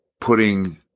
Putting